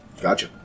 Gotcha